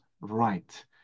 right